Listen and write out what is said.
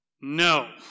No